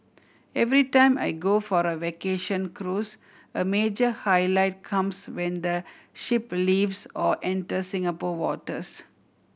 every time I go for a vacation cruise a major highlight comes when the ship leaves or enters Singapore waters